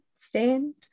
stand